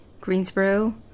Greensboro